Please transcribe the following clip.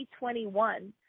2021